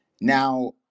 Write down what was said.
Now